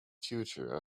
future